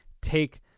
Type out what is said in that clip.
take